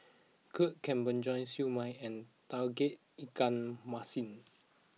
Kuih Kemboja Siew Mai and Tauge Ikan Masin